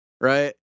Right